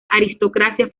aristocracia